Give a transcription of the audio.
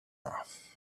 off